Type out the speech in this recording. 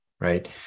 right